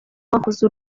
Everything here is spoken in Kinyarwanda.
wahoze